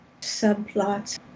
subplots